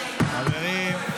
באוקטובר ונהרג